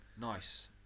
Nice